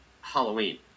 Halloween